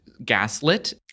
Gaslit